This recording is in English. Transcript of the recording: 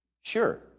sure